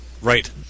Right